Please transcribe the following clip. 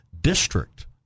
district